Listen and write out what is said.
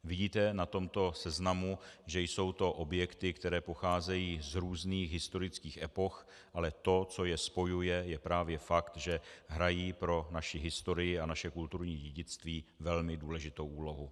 Vidíte na tomto seznamu, že jsou to objekty, které pocházejí z různých historických epoch, ale to, co je spojuje, je právě fakt, že hrají pro naši historii a naše kulturní dědictví velmi důležitou úlohu.